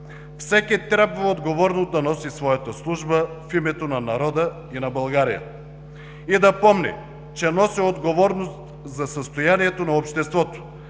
Всеки трябва отговорно да носи своята служба в името на народа и на България. И да помни, че носи отговорност за състоянието на обществото,